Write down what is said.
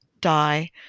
die